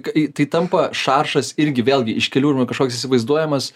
kai tai tampa šaršas irgi vėlgi iš kelių arba kažkoks įsivaizduojamas